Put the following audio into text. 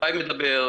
מתי מדבר,